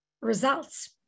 results